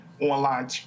online